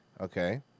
Okay